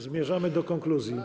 Zmierzamy do konkluzji.